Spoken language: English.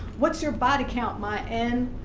what's your body count my n?